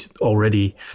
already